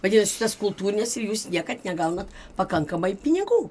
vadinasi tas kultūrines ir jūs niekad negaunat pakankamai pinigų